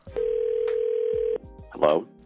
Hello